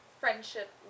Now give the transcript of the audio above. friendship